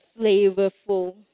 flavorful